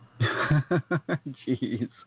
Jeez